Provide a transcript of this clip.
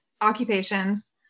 occupations